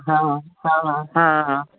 हा हा हा हा